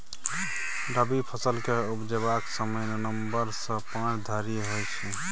रबी फसल केँ उपजेबाक समय नबंबर सँ मार्च धरि होइ छै